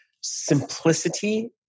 simplicity